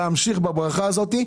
להמשיך בברכה הזאת.